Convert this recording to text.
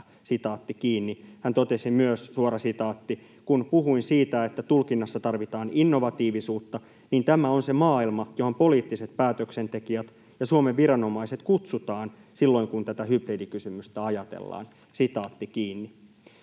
Hän totesi myös: ”Kun puhuin siitä, että tulkinnassa tarvitaan innovatiivisuutta, niin tämä on se maailma, johon poliittiset päätöksentekijät ja Suomen viranomaiset kutsutaan silloin, kun tätä hybridikysymystä ajatellaan.”